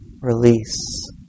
release